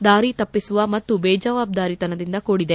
ದಾರಿ ತಪ್ಪಿಸುವ ಮತ್ತು ಬೇಜವಾಬ್ಗಾರಿತನದಿಂದ ಕೂಡಿದೆ